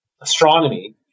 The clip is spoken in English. astronomy